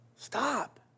Stop